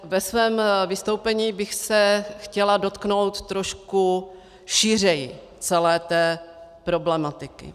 Ve svém vystoupení bych se ale chtěla dotknout trošku šířeji celé té problematiky.